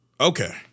Okay